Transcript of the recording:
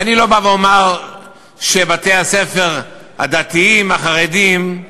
אני לא בא לומר שבבתי-הספר הדתיים, החרדיים,